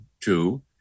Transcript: two